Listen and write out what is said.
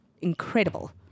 incredible